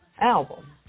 album